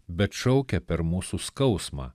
bet šaukia per mūsų skausmą